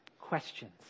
questions